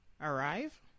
Arrive